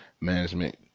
management